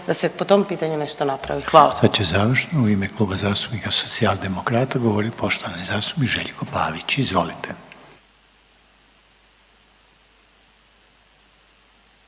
da se po tom pitanju nešto napravi. Hvala. **Reiner, Željko (HDZ)** Sad će završno u ime Kluba zastupnika Socijaldemokrata govoriti poštovani zastupnik Željko Pavić. Izvolite.